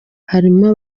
harimo